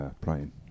playing